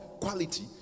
quality